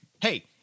hey